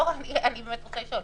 אני באמת רוצה לשאול.